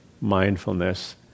mindfulness